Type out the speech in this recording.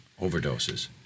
overdoses